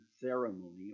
ceremony